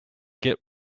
get